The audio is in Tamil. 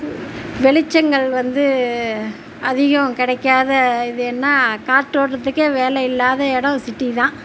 வெளிச்சங்கள் வந்து அதிகம் கிடைக்காத இது என்ன காற்றோட்டத்துக்கே வேலை இல்லாத இடம் சிட்டி தான்